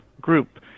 group